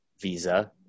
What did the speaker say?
visa